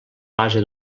base